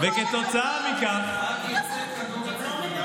הם לא מדברים.